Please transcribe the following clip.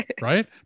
Right